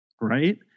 right